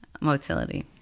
motility